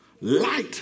Light